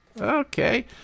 Okay